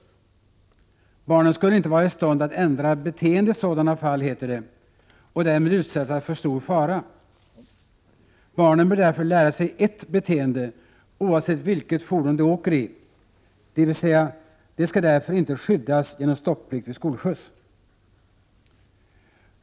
Barnen skulle inte vara i stånd att ändra beteende i sådana fall, heter det, och därmed utsättas för stor fara. Barnen bör därför lära sig ett beteende oavsett vilket fordon de åker i — dvs. de skall därför inte skyddas genom stopplikt vid skolskjuts!